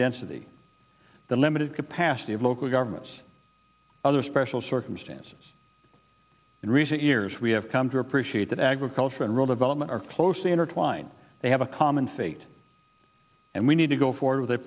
density the limited capacity of local governments other special circumstances in recent years we have come to appreciate that agriculture and real development are closely intertwined they have a common fate and we need to go forward with